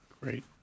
Great